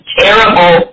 terrible